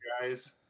guys